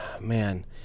Man